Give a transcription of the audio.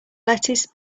lettuce